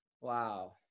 Wow